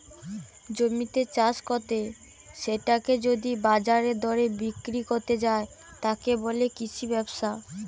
জমিতে চাষ কত্তে সেটাকে যদি বাজারের দরে বিক্রি কত্তে যায়, তাকে বলে কৃষি ব্যবসা